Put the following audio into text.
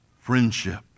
friendship